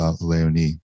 Leonie